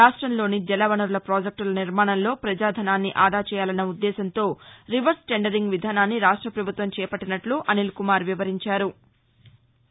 రాష్టంలోని జలవనరుల పాజెక్లుల నిర్మాణంలో ప్రజా ధనాన్ని ఆదా చేయాలన్న ఉద్దేశంతో రివర్స్ టెండరింగ్ విధానాన్ని రాష్ట్ర పభుత్వం చేపట్టినట్లు అనిల్ కుమార్ వివరించారు